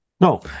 No